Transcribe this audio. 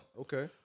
Okay